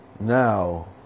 now